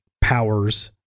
powers